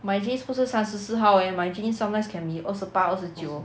my jeans 不是三十四号 eh my jeans sometimes can be 二十八二十九